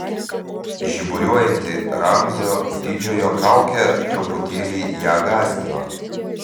žiburiuojanti ramzio didžiojo kaukė truputėlį ją gąsdino